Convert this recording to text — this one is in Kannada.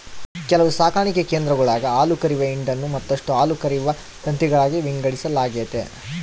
ಕೆಲವು ಸಾಕಣೆ ಕೇಂದ್ರಗುಳಾಗ ಹಾಲುಕರೆಯುವ ಹಿಂಡನ್ನು ಮತ್ತಷ್ಟು ಹಾಲುಕರೆಯುವ ತಂತಿಗಳಾಗಿ ವಿಂಗಡಿಸಲಾಗೆತೆ